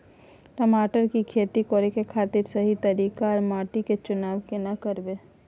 टमाटर की खेती करै के खातिर सही तरीका आर माटी के चुनाव केना करबै?